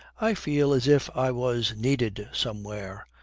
i feel as if i was needed somewhere.